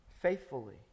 faithfully